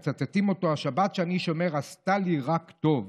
ומצטטים אותו: השבת שאני שומר עשתה לי רק טוב.